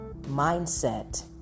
mindset